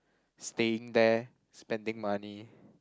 staying there spending money